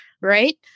right